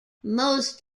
most